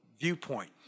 viewpoint